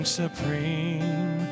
supreme